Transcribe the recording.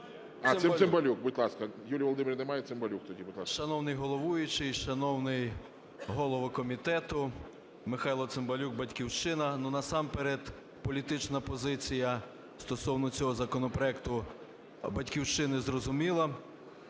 А, Цимбалюк, будь ласка. Юлії Володимирівни немає. Цимбалюк тоді, будь ласка. 11:08:16 ЦИМБАЛЮК М.М. Шановний головуючий! Шановний голово комітету! Михайло Цимбалюк, "Батьківщина". Насамперед політична позиція стосовно цього законопроекту "Батькіщини" зрозуміла.